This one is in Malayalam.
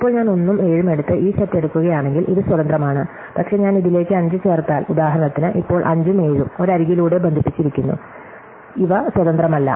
ഇപ്പോൾ ഞാൻ 1 ഉം 7 ഉം എടുത്ത് ഈ സെറ്റ് എടുക്കുകയാണെങ്കിൽ ഇത് സ്വതന്ത്രമാണ് പക്ഷേ ഞാൻ ഇതിലേക്ക് 5 ചേർത്താൽ ഉദാഹരണത്തിന് ഇപ്പോൾ 5 ഉം 7 ഉം ഒരു അരികിലൂടെ ബന്ധിപ്പിച്ചിരിക്കുന്നു അതിനാൽ ഇവ സ്വതന്ത്രമല്ല